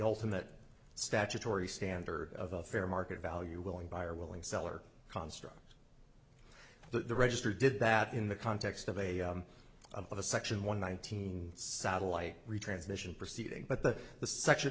ultimate statutory standard of a fair market value willing buyer willing seller construct the register did that in the context of a of a section one nineteen satellite retransmission proceedings but the the section